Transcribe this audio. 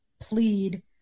plead